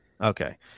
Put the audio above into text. Okay